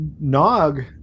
nog